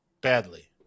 Badly